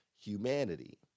humanity